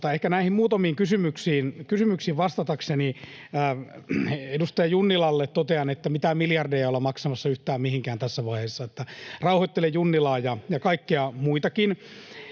ehkä näihin muutamiin kysymyksiin vastatakseni: Edustaja Junnilalle totean, että mitään miljardeja ei olla maksamassa yhtään mihinkään tässä vaiheessa, eli rauhoittelen Junnilaa ja kaikkia muitakin.